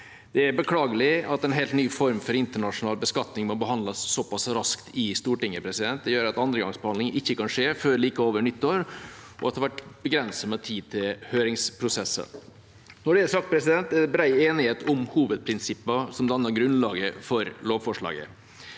Det er beklagelig at en helt ny form for internasjonal beskatning må behandles såpass raskt i Stortinget. Det gjør at andre gangs behandling ikke kan skje før like over nyttår, og at det har vært begrenset med tid til høringsprosesser. Når det er sagt, er det bred enighet om hovedprinsippene som danner grunnlaget for lovforslaget.